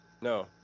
No